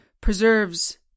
preserves